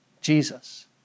Jesus